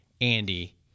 andy